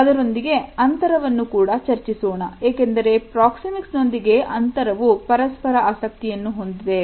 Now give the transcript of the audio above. ಅದರೊಂದಿಗೆ ಅಂತರವನ್ನು ಕೂಡ ಚರ್ಚಿಸೋಣ ಏಕೆಂದರೆ ಪ್ರಾಕ್ಸಿಮಿಕ್ಸ್ ನೊಂದಿಗೆ ಅಂತರವು ಪರಸ್ಪರ ಆಸಕ್ತಿಯನ್ನು ಹೊಂದಿದೆ